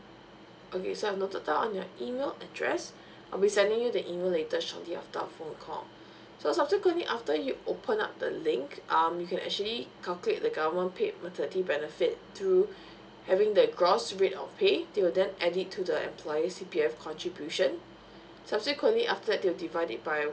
okay so I've noted down on your email address I'll be sending you the email later shortly oater our phone call so subsequently after you open up the link um you can actually calculate the government paid maternity benefit through having the gross rate of pay till then add it to the employee C P F contribution subsequently after that then divide it by